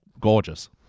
gorgeous